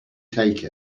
take